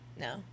No